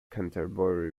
canterbury